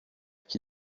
qui